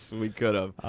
we could have.